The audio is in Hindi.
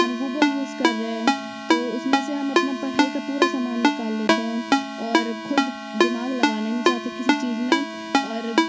हम गूगल यूज़ कर रहे है तो उसमें में से हम अपना पढ़ाई का पूरा समान निकाल लेते हैं और खुद दिमाग लगाना नहीं चाहते किसी चीज में और